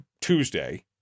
Tuesday